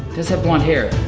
does have blonde hair.